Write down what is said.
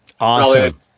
Awesome